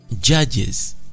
Judges